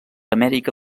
amèrica